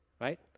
right